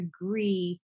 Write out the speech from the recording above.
agree